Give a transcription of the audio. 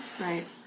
Right